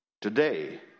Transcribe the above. Today